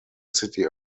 city